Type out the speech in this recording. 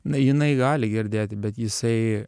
na jinai gali girdėti bet jisai